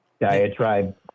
diatribe